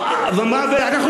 אתם רוצים לדחוק אותו לשם?